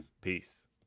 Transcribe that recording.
Peace